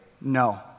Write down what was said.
No